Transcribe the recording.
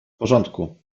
porządku